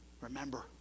remember